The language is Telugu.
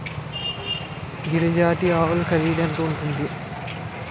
గిరి జాతి ఆవులు ఖరీదు ఎంత ఉంటుంది?